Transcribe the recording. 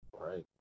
right